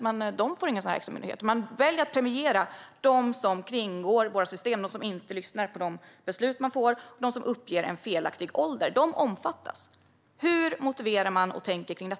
Men de får ingen extra möjlighet. Ni väljer alltså att premiera dem som kringgår våra system. De som inte lyssnar på de beslut de får och som uppger en felaktig ålder omfattas. Vad tänker ni om detta, Maria Ferm? Och hur motiverar ni det?